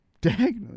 Diagonally